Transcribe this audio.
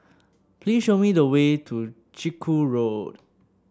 please show me the way to Chiku Road